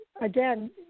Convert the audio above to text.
again